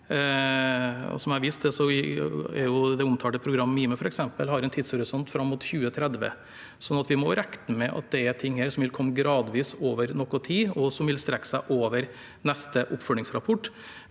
Som jeg viste til, har f.eks. det omtalte programmet Mime en tidshorisont fram mot 2030. Vi må regne med at det er ting her som vil komme gradvis over noe tid, og som vil strekke seg over neste oppfølgingsrapport,